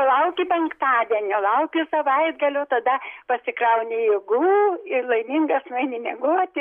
lauki penktadienio lauki savaitgalio tada pasikrauni jėgų ir laimingas nueini miegoti